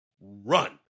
run